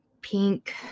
pink